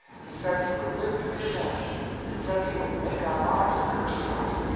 he said he would live to be avenged said he would make our lives a curse to us.